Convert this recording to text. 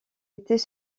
étaient